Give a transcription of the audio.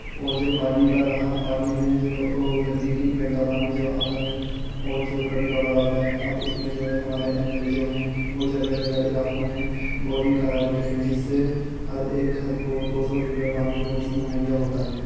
اور جو پانی کا رہا پانی میں جو وہ گندگی گندا پانی جو آتا ہے اور جو کبھی کبھار آتا ہے اب اُس میں جو ہے ہمارے ایم ایل اے جو ہیں وہ جگہ جگہ علاقوں میں بورنگ کرا دیتے ہیں جس سے ہر ایک گھر کو دو سو لیٹر پانی روز مہیّا ہوتا ہے